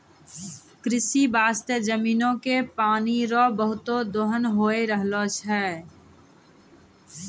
कृषि बास्ते जमीनो के पानी रो बहुते दोहन होय रहलो छै